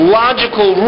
logical